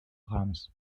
brahms